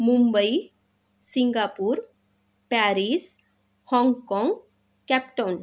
Mumbai Singapore Paris हाँगकाँग Cape Town